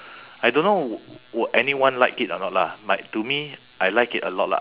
I don't know will anyone like it or not lah but to me I like it a lot lah